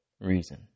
reason